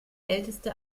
älteste